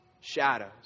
shadows